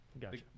Gotcha